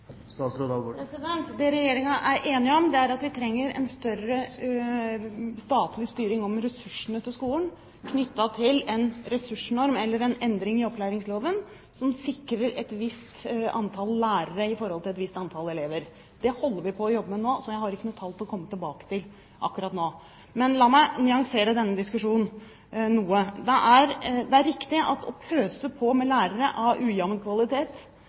Det Regjeringen er enig om, er at vi trenger en større statlig styring av ressursene til skolen, knyttet til en ressursnorm eller en endring i opplæringsloven som sikrer et visst antall lærere i forhold til antall elever. Det jobber vi med nå, så jeg har ikke noe tall å komme med akkurat nå. La meg nyansere denne diskusjonen noe. Det er riktig at det å pøse på med lærere av